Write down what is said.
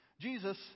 jesus